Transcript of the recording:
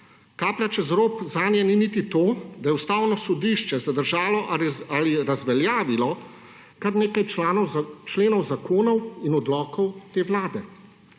Kaplja čez rob zanje ni niti to, da je Ustavno sodišče zadržalo ali razveljavilo kar nekaj členov zakonov in odlokov te vlade.